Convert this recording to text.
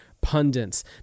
pundits